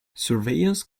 surveillance